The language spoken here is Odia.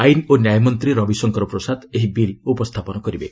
ଆଇନ୍ ଓ ନ୍ୟାୟ ମନ୍ତ୍ରୀ ରବିଶଙ୍କର ପ୍ରସାଦ ଏହି ବିଲ୍ ଉପସ୍ଥାପନ କରିବେ